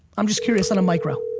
i'm just curious on a micro.